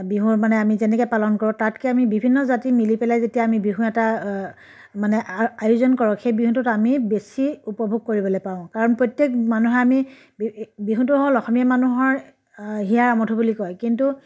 বিহুৰ মানে আমি যেনেকৈ পালন কৰোঁ তাতকৈ আমি বিভিন্ন জাতি মিলি পেলাই যেতিয়া আমি বিহু এটা মানে আ আয়োজন কৰোঁ সেই বিহুটোত আমি বেছি উপভোগ কৰিবলৈ পাওঁ কাৰণ প্ৰত্যেক মানুহৰ আমি বি বিহুটো হ'ল অসমীয়া মানুহৰ হিয়াৰ আমঠু বুলি কয় কিন্তু